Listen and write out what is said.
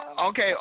okay